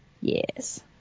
Yes